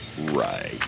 Right